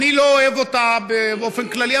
אני לא אוהב אותה באופן כללי,